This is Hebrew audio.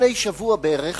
לפני שבוע בערך